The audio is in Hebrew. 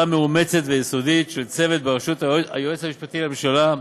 מאומצת ויסודית של צוות בראשות היועץ המשפטי לשעבר,